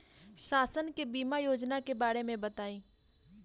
शासन के बीमा योजना के बारे में बताईं?